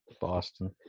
Boston